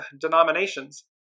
denominations